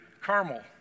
Carmel